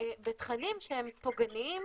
ותכנים שהם פוגעניים